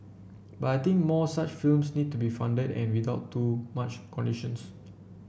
but I think more such films need to be funded and without too many conditions